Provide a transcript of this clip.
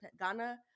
Ghana